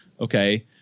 okay